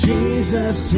Jesus